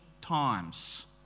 times